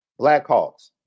Blackhawks